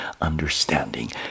understanding